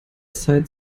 zeit